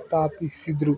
ಸ್ಪಾಪಿಸಿದ್ರು